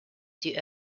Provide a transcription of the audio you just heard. die